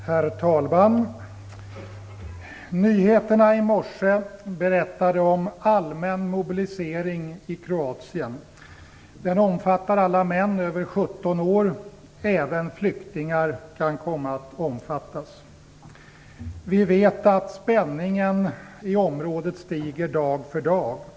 Herr talman! Nyheterna i morse berättade om allmän mobilisering i Kroatien. Den omfattar alla män över 17 års ålder, även flyktingar kan komma att omfattas. Vi vet att spänningen i området stiger dag för dag.